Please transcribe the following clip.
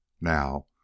Now